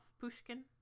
Pushkin